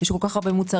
יש בו כל כך הרבה מוצרים.